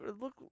look